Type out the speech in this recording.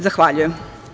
Zahvaljujem.